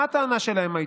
מה הייתה הטענה שלהם?